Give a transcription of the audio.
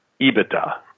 EBITDA